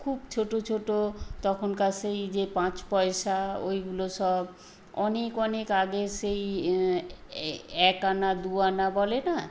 খুব ছোটো ছোটো তখনকার সেই যে পাঁচ পয়সা ওইগুলো সব অনেক অনেক আগের সেই এ এক আনা দু আনা বলে না